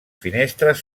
finestres